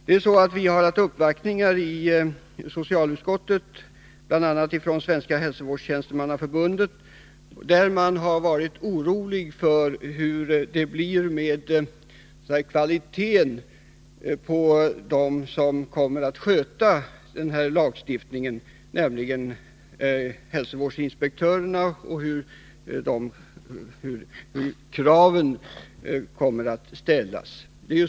Vi har i socialutskottet haft uppvaktningar bl.a. från Svenska hälsovårdstjänstemannaförbundet, där man har oroats över kvaliteten på dem som skall arbeta enligt lagen, nämligen hälsovårdsinspektörerna, och hur kraven kommer att ställas.